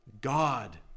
God